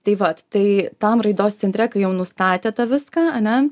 tai vat tai tam raidos centre kai jau nustatė tą viską ane